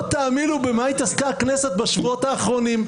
תאמינו במה התעסקה הכנסת בשבועות האחרונים.